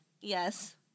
Yes